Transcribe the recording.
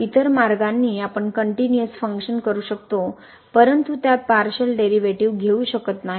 तर इतर मार्गांनी आपण कनट्युनिअस फंक्शन करू शकतो परंतु त्यात पार्शिअल डेरीवेटीव घेऊ शकत नाही